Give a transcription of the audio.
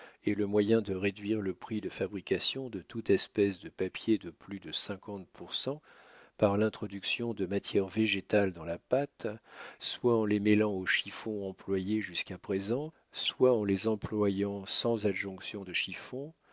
et le moyen de réduire le prix de fabrication de toute espèce de papier de plus de cinquante pour cent par l'introduction de matières végétales dans la pâte soit en les mêlant aux chiffons employés jusqu'à présent soit en les employant sans adjonction de chiffon